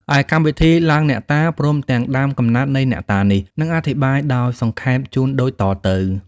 ឯកម្មវិធីឡើងអ្នកតា ព្រមទាំងដើមកំណើតនៃអ្នកតានេះ នឹងអធិប្បាយដោយសង្ខេបជូនដូចតទៅ។